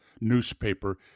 newspaper